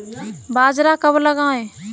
बाजरा कब लगाएँ?